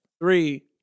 Three